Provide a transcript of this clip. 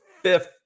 fifth